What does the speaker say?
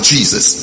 Jesus